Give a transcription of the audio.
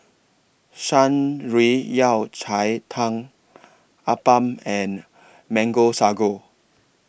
Shan Rui Yao Cai Tang Appam and Mango Sago